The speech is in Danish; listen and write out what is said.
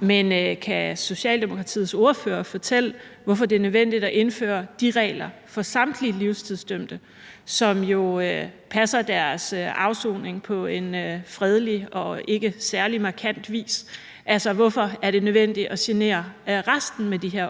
Men kan Socialdemokratiets ordfører fortælle, hvorfor det er nødvendigt at indføre de regler for samtlige livstidsdømte, som jo passer deres afsoning på en fredelig og ikke særlig markant vis? Altså, hvorfor er det nødvendigt at genere resten med de her